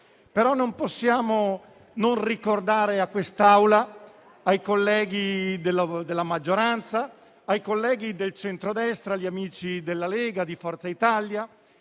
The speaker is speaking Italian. Non possiamo però non ricordare all'Assemblea, ai colleghi della maggioranza, ai colleghi del centrodestra, agli amici della Lega e di Forza Italia,